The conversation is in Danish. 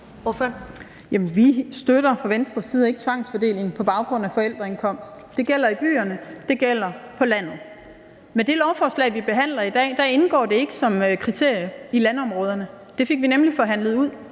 vi støtter fra Venstres side ikke tvangsfordeling på baggrund af forældreindkomst. Det gælder i byerne, og det gælder på landet. Men i det lovforslag, vi behandler i dag, indgår det ikke som et kriterium i landområderne. Det fik vi nemlig forhandlet ud.